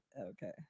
Okay